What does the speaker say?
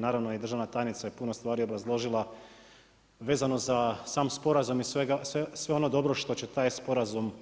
Naravno i državna tajnica je puno stvari obrazložila vezano za sam sporazum i sve ono dobro što će taj sporazum